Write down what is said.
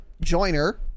joiner